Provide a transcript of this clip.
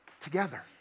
together